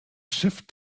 shift